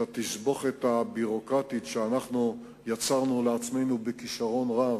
התסבוכת הביורוקרטית שאנחנו יצרנו לעצמנו בכשרון רב